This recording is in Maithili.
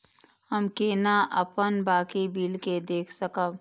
हम केना अपन बाकी बिल के देख सकब?